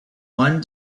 one